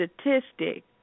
statistic